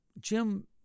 Jim